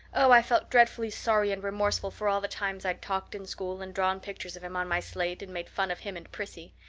oh, i felt dreadfully sorry and remorseful for all the times i'd talked in school and drawn pictures of him on my slate and made fun of him and prissy.